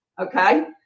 Okay